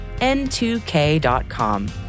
n2k.com